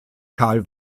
karl